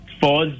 four